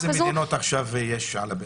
אילו מדינות יש עכשיו על הפרק?